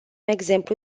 exemplu